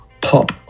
pop